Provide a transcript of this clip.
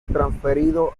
transferido